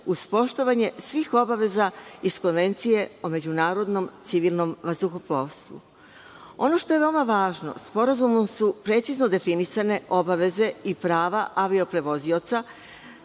uz poštovanje svih obaveza iz Konvencije o međunarodnom civilnom vazduhoplovstvu. Ono što je veoma važno, sporazumom su precizno definisane obaveze i prava avio prevoznika